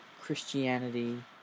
Christianity